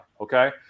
okay